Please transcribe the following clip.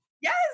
Yes